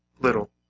little